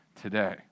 today